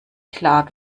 klar